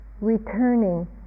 returning